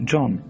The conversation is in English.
John